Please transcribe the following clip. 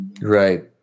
Right